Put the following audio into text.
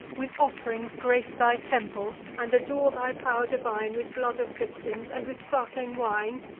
with off'rings grace thy temples, and adore thy pow'r divine with blood of victims, and with sparkling wine,